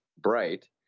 bright